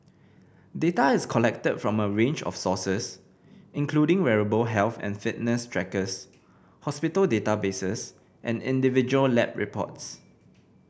data is collected from a range of sources including wearable health and fitness trackers hospital databases and individual lab reports